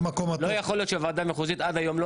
לא יכול להיות שהוועדה המחוזית עד היום לא